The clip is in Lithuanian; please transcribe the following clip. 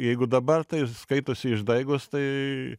jeigu dabar tai skaitosi išdaigos tai